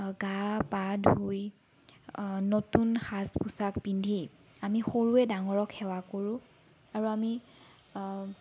গা পা ধুই নতুন সাজ পোচাক পিন্ধি আমি সৰুৱে ডাঙৰক সেৱা কৰোঁ আৰু আমি